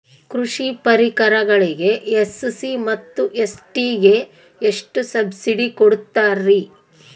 ಕೃಷಿ ಪರಿಕರಗಳಿಗೆ ಎಸ್.ಸಿ ಮತ್ತು ಎಸ್.ಟಿ ಗೆ ಎಷ್ಟು ಸಬ್ಸಿಡಿ ಕೊಡುತ್ತಾರ್ರಿ?